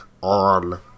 on